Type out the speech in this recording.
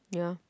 ya